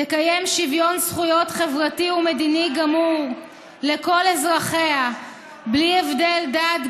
תקיים שוויון זכויות חברתי ומדיני גמור לכל אזרחיה בלי הבדל דת,